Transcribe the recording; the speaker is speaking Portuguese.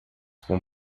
com